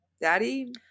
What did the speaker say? daddy